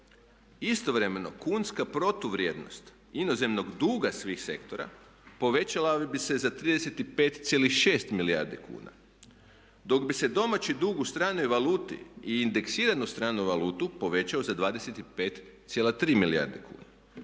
Istovremeno kunska protuvrijednost inozemnog duga svih sektora povećala bi se za 35,6 milijardi kuna, dok bi se domaći dug u stranoj valuti i indeksiranu stranu valutu povećao za 25,3 milijarde kuna.